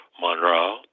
Monroe